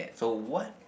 so what